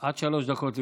עד שלוש דקות לרשותך.